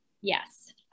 Yes